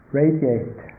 radiate